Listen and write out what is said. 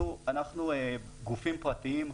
אנחנו גופים פרטיים,